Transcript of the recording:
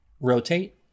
rotate